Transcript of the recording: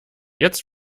jetzt